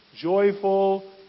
joyful